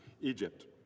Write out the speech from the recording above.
Egypt